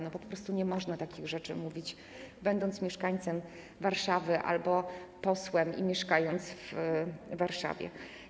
No, po prostu nie można takich rzeczy mówić, będąc mieszkańcem Warszawy albo posłem mieszkającym w Warszawie.